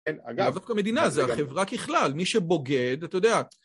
כן, אגב. דווקא המדינה זה, החברה ככלל, מי שבוגד, אתה יודע.